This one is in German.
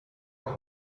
auch